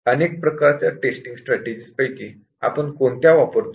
अनेक प्रकारच्या testing strategy पैकी आपण कोणत्या वापरतो